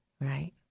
Right